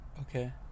Okay